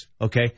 Okay